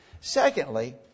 Secondly